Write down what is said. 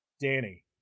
Danny